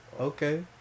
Okay